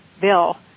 bill